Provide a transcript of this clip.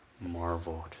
marveled